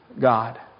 God